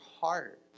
heart